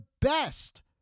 best